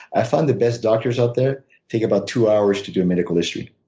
i find the best doctors out there take about two hours to do a medical history.